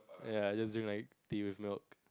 ya it is like tea with milk